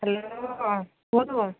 hello କୁହନ୍ତୁ